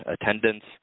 attendance